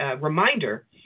reminder